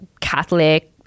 Catholic